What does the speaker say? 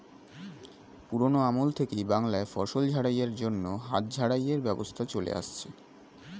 পুরোনো আমল থেকেই বাংলায় ফসল ঝাড়াই এর জন্য হাত ঝাড়াই এর ব্যবস্থা চলে আসছে